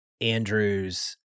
Andrew's